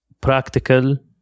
practical